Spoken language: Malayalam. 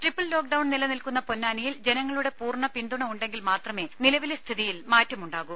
ട്രിപ്പിൾ ലോക്ക് ഡൌൺ നിലനിൽക്കുന്ന പൊന്നാനിയിൽ ജനങ്ങളുടെ പൂർണ്ണ പിന്തുണ ഉണ്ടെങ്കിൽ മാത്രമേ നിലവിലെ സ്ഥിതിയിൽ മാറ്റമുണ്ടാകൂ